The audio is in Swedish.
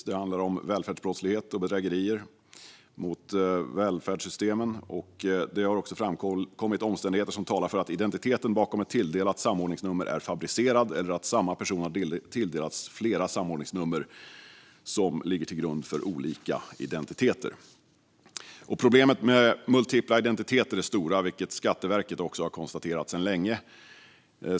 Det handlar om välfärdsbrottslighet och bedrägerier mot välfärdssystemet, och det har också framkommit omständigheter som talar för att identiteten bakom ett tilldelat samordningsnummer är fabricerad eller att samma person har tilldelats flera samordningsnummer som sedan ligger till grund för olika identiteter. Problemen med multipla identiteter är stora, vilket Skatteverket också har konstaterat sedan länge.